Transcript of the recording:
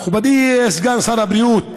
מכובדי סגן שר הבריאות,